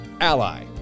Ally